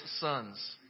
sons